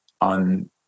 on